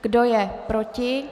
Kdo je proti?